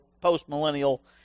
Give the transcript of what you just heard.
post-millennial